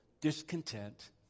discontent